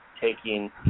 taking